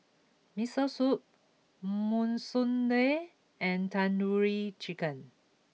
Miso Soup Monsunabe and Tandoori Chicken